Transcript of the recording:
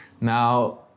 Now